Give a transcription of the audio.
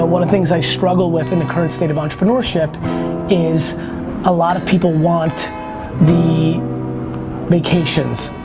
ah one of the things i struggle with in the current state of entrepreneurship is a lot of people want the vacations,